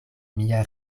mia